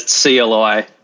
CLI